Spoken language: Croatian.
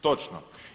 Točno.